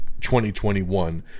2021